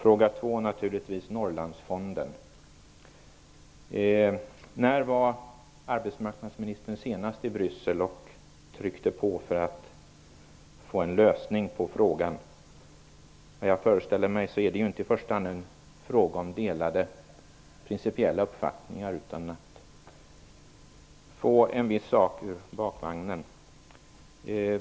Norrlandsfonden - naturligtvis: När var arbetsmarknadsministern senast i Bryssel och tryckte på för att få en lösning i frågan? Jag föreställer mig att det i första hand inte är fråga om delade principiella uppfattningar utan om att få "en viss sak ur bakvagnen".